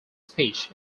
speech